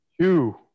two